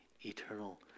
eternal